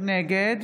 נגד